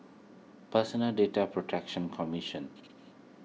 Personal Data Protection Commission